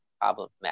problematic